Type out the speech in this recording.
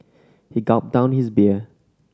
he gulped down his beer